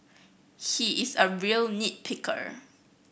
he is a real nit picker